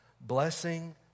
Blessing